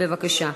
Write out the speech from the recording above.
בבקשה.